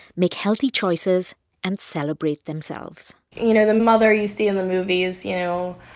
make healthy choices and celebrate themselves you know, the mother you see in the movies, you know,